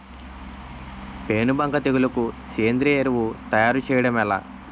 పేను బంక తెగులుకు సేంద్రీయ ఎరువు తయారు చేయడం ఎలా?